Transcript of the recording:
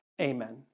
amen